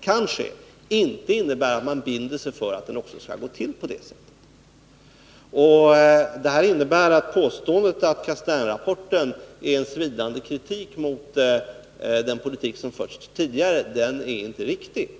kan ske inte innebär att man binder sig för att den också skall gå till på det sättet. Detta innebär att påståendet att Castaingrapporten är en svidande kritik mot den politik som har förts tidigare inte är riktig.